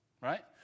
Right